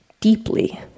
deeply